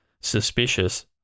suspicious